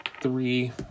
three